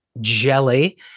Jelly